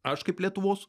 aš kaip lietuvos